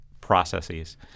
processes